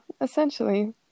essentially